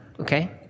okay